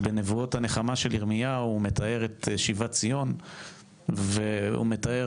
בנבואות הנחמה של ירמיהו הוא מתאר את שיבת ציון והוא מתאר